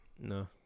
No